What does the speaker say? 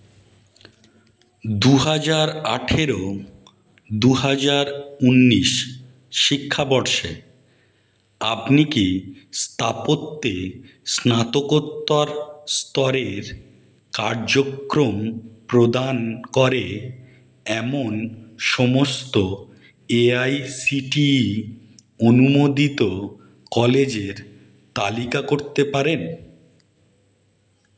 দু হাজার আঠেরো দু হাজার উন্নিশ শিক্ষাবর্ষে আপনি কি স্থাপত্যে স্নাতকোত্তর স্তরের কার্যক্রম প্রদান করে এমন সমস্ত A I C T E অনুমোদিত কলেজের তালিকা করতে পারেন